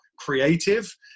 Creative